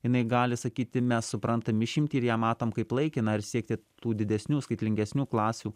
jinai gali sakyti mes suprantam išimtį ir ją matom kaip laikiną ir siekti tų didesnių skaitlingesnių klasių